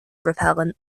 repellent